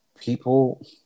People